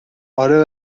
آره